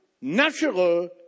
natural